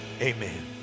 Amen